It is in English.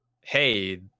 hey